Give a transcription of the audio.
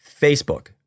Facebook